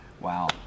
Wow